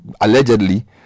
allegedly